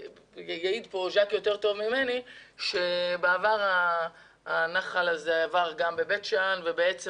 יעיד כאן ג'קי טוב ממני שבעבר הנחל הזה עבר גם בבית שאן ודווקא